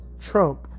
Trump